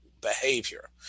behavior